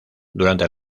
durante